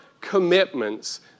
commitments